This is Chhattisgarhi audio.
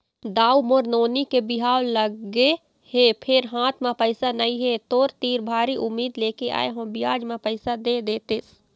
दाऊ मोर नोनी के बिहाव लगगे हे फेर हाथ म पइसा नइ हे, तोर तीर भारी उम्मीद लेके आय हंव बियाज म पइसा दे देतेस